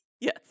yes